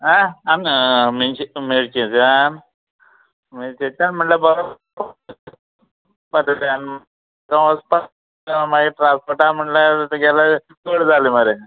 आ मि मिर्चीन मिरचेन म्हणल्यार बरो वचपाक मागीर ट्रान्सपोर्टा म्हणल्यार तेगेले चड जाले मरे